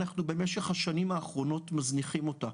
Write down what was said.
במשך השנים האחרונות אנחנו מזניחים אותה.